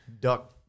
duck